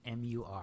MUR